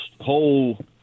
whole